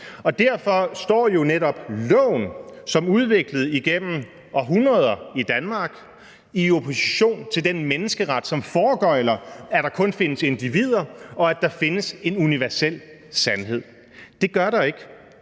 derfor står jo netop loven, som er udviklet igennem århundreder i Danmark, i opposition til den menneskeret, der foregøgler, at der kun findes individer, og at der findes en universel sandhed. Det gør der ikke.